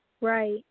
Right